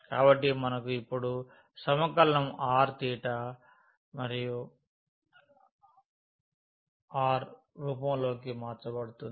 కాబట్టి మనకు ఇప్పుడు సమకలనం r θ r రూపంలోకి మార్చబడుతుంది